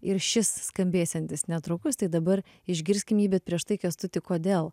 ir šis skambėsiantis netrukus tai dabar išgirskim jį bet prieš tai kęstuti kodėl